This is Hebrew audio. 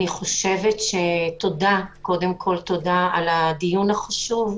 תודה על הדיון החשוב,